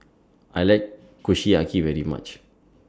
I like Kushiyaki very much